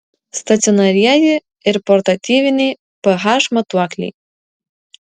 stacionarieji ir portatyviniai ph matuokliai